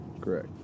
Correct